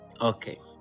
okay